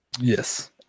Yes